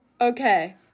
okay